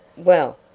well,